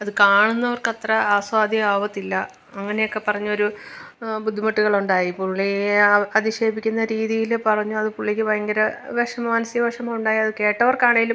അത് കാണുന്നവർക്ക് അത്ര ആസ്വാദ്യമാകത്തില്ല അങ്ങനെയൊക്കെ പറഞ്ഞൊരു ബുദ്ധിമുട്ടുകളുണ്ടായി പുള്ളിയെ ആ അതിശയിപ്പിക്കുന്ന രീതീല് പറഞ്ഞു അത് പുള്ളിക്ക് ഭയങ്കര വെഷമം മാനസിക വെഷമുണ്ടായത് കേട്ടവർക്കാണേലും